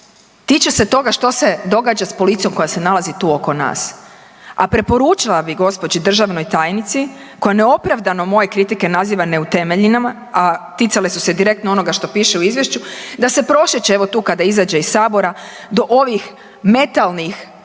tiče se toga što se događa s policijom koja se nalazi tu oko nas. A preporučila bi gđi. državnoj tajnici koja neopravdano moje kritike naziva neutemeljenim, a ticale su se direktno onoga što piše u izvješću, da se prošeće evo tu kada izađe iz sabora do ovih metalnih